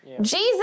Jesus